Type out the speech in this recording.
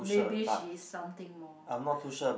maybe she is something more